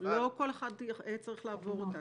לא כל אחד היה צריך לעבור אותן.